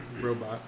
robot